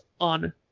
on